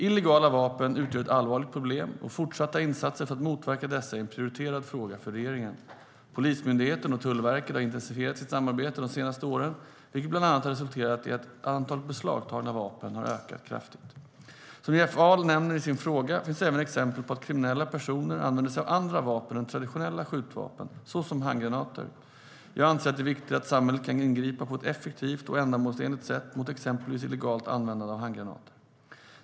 Illegala vapen utgör ett allvarligt problem, och fortsatta insatser för att motverka dessa är en prioriterad fråga för regeringen. Polismyndigheten och Tullverket har intensifierat sitt samarbete de senaste åren, vilket bland annat har resulterat i att antalet beslagtagna vapen har ökat kraftigt. Som Jeff Ahl nämner i sin fråga finns även exempel på att kriminella personer använder sig av andra vapen än traditionella skjutvapen, såsom handgranater. Jag anser att det är viktigt att samhället kan ingripa på ett effektivt och ändamålsenligt sätt mot exempelvis illegalt användande av handgranater.